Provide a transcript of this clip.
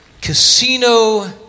Casino